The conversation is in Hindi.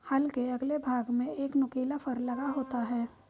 हल के अगले भाग में एक नुकीला फर लगा होता है